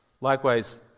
Likewise